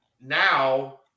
now